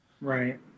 Right